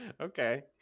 Okay